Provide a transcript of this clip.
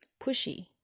pushy